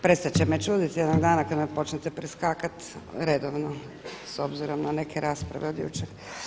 Prestat će me čuditi jednog dana kad me počnete preskakati redovno s obzirom na neke rasprave od jučer.